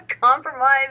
compromise